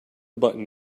button